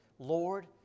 Lord